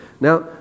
Now